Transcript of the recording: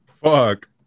Fuck